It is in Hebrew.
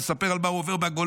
והוא מספר על מה שהוא עובר בגולן,